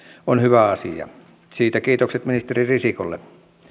on hyvä asia siitä kiitokset ministeri risikolle